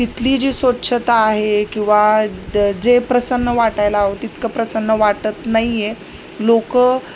तिथली जी स्वच्छता आहे किंवा जे प्रसन्न वाटायला हवं तितकं प्रसन्न वाटत नाहीये लोकं